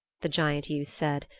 the giant youth said,